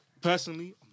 personally